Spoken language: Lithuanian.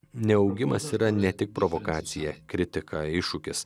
neaugimas yra ne tik provokacija kritika iššūkis